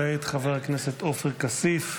כעת חבר הכנסת עופר כסיף.